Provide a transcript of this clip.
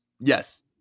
Yes